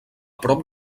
prop